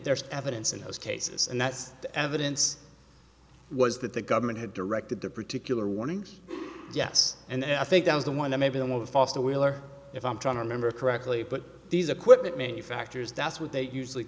there's evidence in those cases and that's the evidence was that the government had directed that particular warning yes and i think that was the one that maybe some of the foster wheeler if i'm trying to remember correctly put these equipment manufacturers that's what they usually